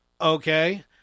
Okay